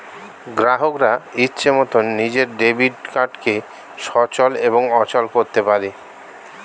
গ্রাহকরা ইচ্ছে মতন নিজের ডেবিট কার্ডকে সচল এবং অচল করতে পারে